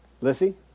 Lissy